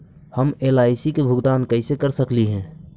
हम एल.आई.सी के भुगतान कैसे कर सकली हे?